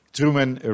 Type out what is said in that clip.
Truman